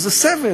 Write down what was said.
זה סבל,